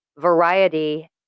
Variety